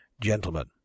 gentlemen